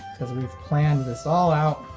cause we've planned this all out.